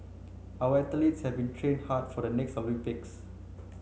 our athletes have been training hard for the next Olympics